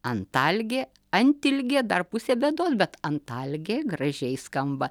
antalgė antilgė dar pusė bėdos bet antalgė gražiai skamba